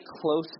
close